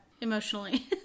emotionally